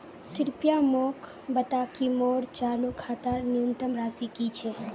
कृपया मोक बता कि मोर चालू खातार न्यूनतम राशि की छे